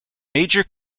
major